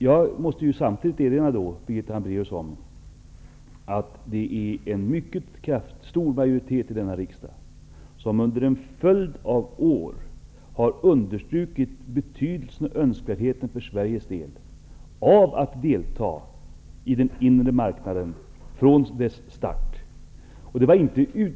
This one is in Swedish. Jag måste samtidigt erinra om att det är en mycket stor majoritet i denna riksdag som under en följd av år har understrukit betydelsen och önskvärdheten för Sveriges del av att delta i den inre marknaden från dess start.